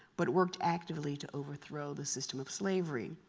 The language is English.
but worked actively to overthrow the system of slavery.